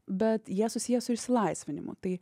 bet jie susiję su išsilaisvinimu tai